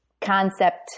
concept